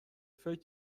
فکر